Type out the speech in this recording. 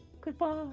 Goodbye